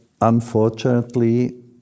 unfortunately